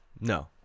No